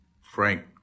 Frank